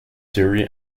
theory